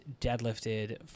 deadlifted